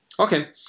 Okay